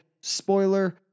spoiler